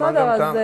אז מה את רוצה?